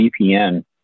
VPN